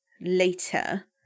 later